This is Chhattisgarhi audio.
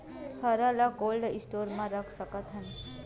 हरा ल कोल्ड स्टोर म रख सकथन?